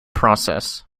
process